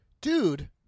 Dude